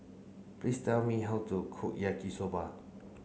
please tell me how to cook Yaki Soba